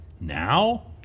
now